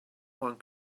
one